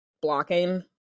blocking